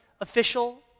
official